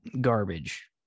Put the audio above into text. garbage